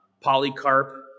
Polycarp